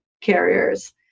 carriers